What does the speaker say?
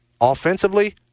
Offensively